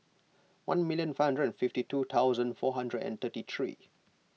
one million five hundred fifty two thousand four hundred and thirty three